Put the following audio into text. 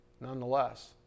nonetheless